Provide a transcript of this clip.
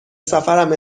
سفرم